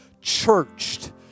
churched